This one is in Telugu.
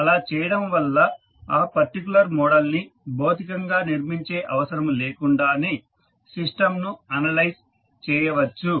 అలా చేయడం వల్ల ఆ పర్టికులర్ మోడల్ ని భౌతికంగా నిర్మించే అవసరము లేకుండానే సిస్టంను అనలైజ్ చేయవచ్చు